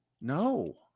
no